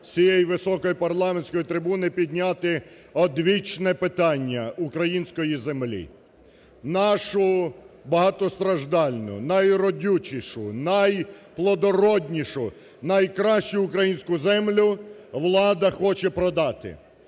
цієї високої парламентської трибуни підняти одвічне питання української землі. Нашу багатостраждальну, найродючішу, найплодороднішу, найкращу українську землю влада хоче продати,